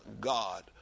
God